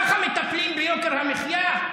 ככה מטפלים ביוקר המחיה?